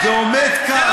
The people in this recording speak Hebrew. זה לא